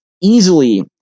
easily